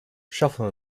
shuffle